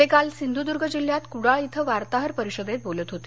ते काल सिंधुदूर्ग जिल्ह्यात कुडाळ इथं वार्ताहर परिषदेत ते बोलत होते